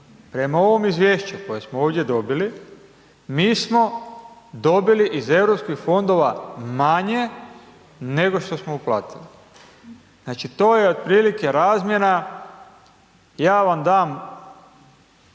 Prema ovom izvješću koje smo ovdje dobili, mi smo dobili iz Europskih fondova manje, nego što smo uplatili. Znači, to je otprilike razmjena, ja vam dam